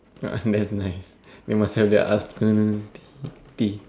uh that's nice you must have that afternoon tea tea